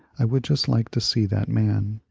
i would just like to see that man.